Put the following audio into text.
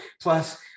Plus